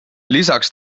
lisaks